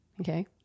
Okay